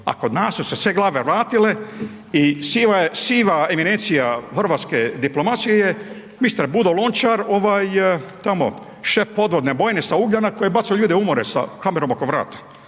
a kod nas su se sve glave vratile i siva eminencija hrvatske diplomacije je mister Budo Lončar ovaj tamo šef podvodne bojne sa Ugljana koji je bacao ljude u more sa kamerom oko vrata.